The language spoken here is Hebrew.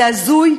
זה הזוי,